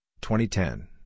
2010